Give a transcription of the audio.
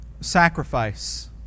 Sacrifice